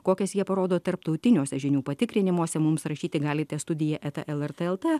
kokias jie parodo tarptautiniuose žinių patikrinimuose mums rašyti galite studija eta lrt lt